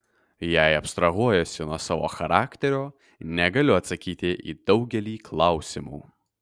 jei abstrahuojuosi nuo savo charakterio negaliu atsakyti į daugelį klausimų